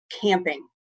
camping